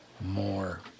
more